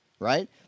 Right